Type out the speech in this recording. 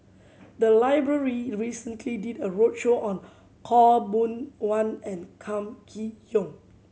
the library recently did a roadshow on Khaw Boon Wan and Kam Kee Yong